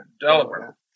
Delaware